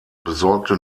besorgte